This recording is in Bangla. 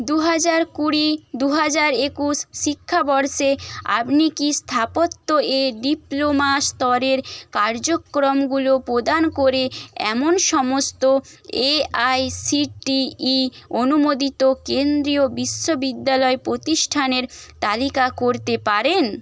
দু হাজার কুড়ি দু হাজার একুশ শিক্ষাবর্ষে আপনি কি স্থাপত্যে ডিপ্লোমা স্তরের কার্যক্রমগুলো প্রদান করে এমন সমস্ত A I C T E অনুমোদিত কেন্দ্রীয় বিশ্ববিদ্যালয় প্রতিষ্ঠানের তালিকা করতে পারেন